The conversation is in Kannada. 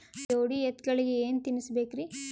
ಜೋಡಿ ಎತ್ತಗಳಿಗಿ ಏನ ತಿನಸಬೇಕ್ರಿ?